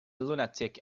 lunatic